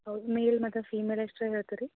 ಹೌದಾ ಮೇಲ್ ಮತ್ತೆ ಫೀಮೇಲ್ ಎಷ್ಟರೆ ಹೇಳ್ತೀರಿ ರೀ